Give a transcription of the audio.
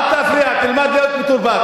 אל תפריע, תלמד להיות מתורבת.